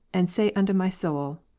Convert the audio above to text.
and say unto my soul,